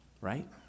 right